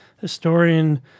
historian